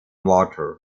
water